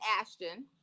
Ashton